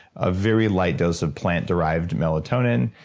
a very light dose of plant derived melatonin.